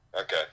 Okay